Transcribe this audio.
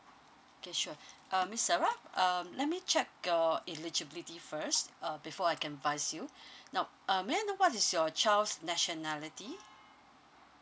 okay sure um miss sara um let me check your eligibility first uh before I can buzz you now uh may I know what is your child's nationality